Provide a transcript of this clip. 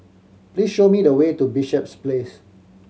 please show me the way to Bishops Place